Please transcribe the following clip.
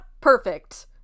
perfect